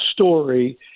story